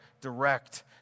direct